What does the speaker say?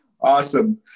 Awesome